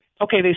Okay